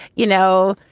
you know,